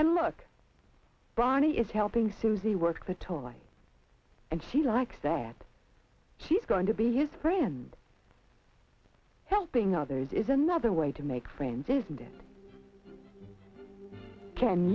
and look bernie is helping suzy work the toroid and she likes that she's going to be his friend helping others is another way to make friends isn't it can